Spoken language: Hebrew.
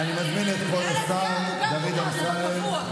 אני מזמין את כבוד השר דוד אמסלם.